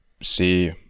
see